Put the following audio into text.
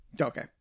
okay